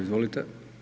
Izvolite.